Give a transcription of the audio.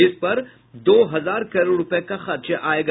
इस पर दो हजार करोड़ रूपये का खर्च आयेगा